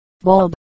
bulb